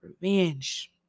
revenge